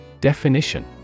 Definition